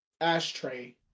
ashtray